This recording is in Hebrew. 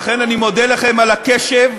לכן אני מודה לכם על הקשב,